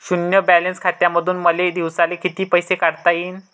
शुन्य बॅलन्स खात्यामंधून मले दिवसाले कितीक पैसे काढता येईन?